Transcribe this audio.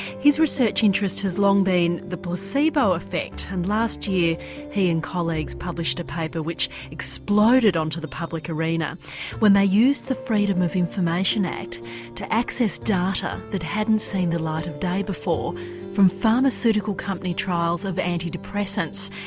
his research interest has long been the placebo effect and last year he and colleagues published a paper which exploded on to the public arena when they used the freedom of information act to access data that hadn't seen the light of day before from pharmaceutical company trials of antidepressants.